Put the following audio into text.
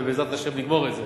ובעזרת השם נגמור את זה.